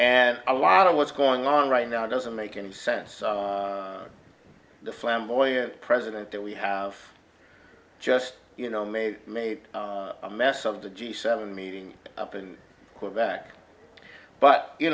and a lot of what's going on right now doesn't make any sense the flamboyant president that we have just you know made made a mess of the g seven meeting up in quebec but you